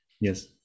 Yes